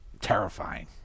terrifying